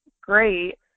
great